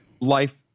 life